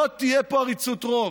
לא תהיה פה עריצות רוב.